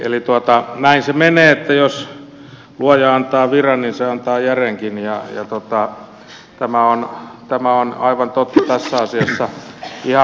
eli näin se menee että jos luoja antaa viran niin se antaa järenkin tämä on aivan totta tässä asiassa